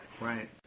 Right